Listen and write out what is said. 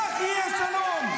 כך יהיה שלום.